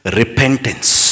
repentance